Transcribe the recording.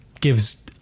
gives